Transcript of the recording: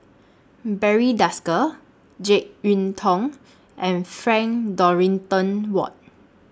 Barry Desker Jek Yeun Thong and Frank Dorrington Ward